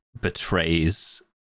betrays